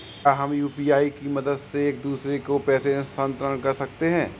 क्या हम यू.पी.आई की मदद से एक दूसरे को पैसे स्थानांतरण कर सकते हैं?